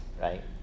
right